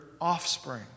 offspring